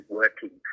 working